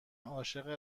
عاشق